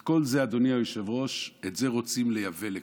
את כל זה, אדוני היושב-ראש, רוצים לייבא לכאן,